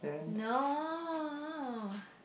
no